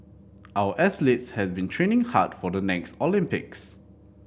our athletes have been training hard for the next Olympics